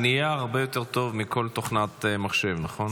הנייר הרבה יותר טוב מכל תוכנת מחשב, נכון?